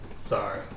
Sorry